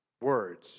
words